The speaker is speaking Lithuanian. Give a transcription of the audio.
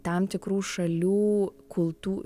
tam tikrų šalių kultū